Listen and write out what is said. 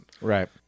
right